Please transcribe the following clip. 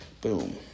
Boom